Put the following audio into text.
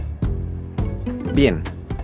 Bien